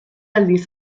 aldiz